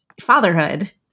fatherhood